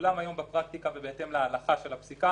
כולם היום בפרקטיקה ובהתאם להלכה של הפסיקה